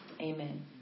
Amen